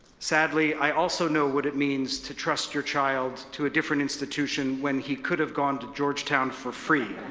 sadly, i also know what it means to trust your child to a different institution when he could have gone to georgetown for free.